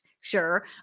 sure